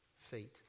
feet